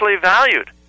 valued